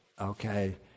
okay